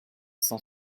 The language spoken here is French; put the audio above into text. cent